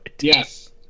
Yes